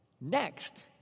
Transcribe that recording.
Next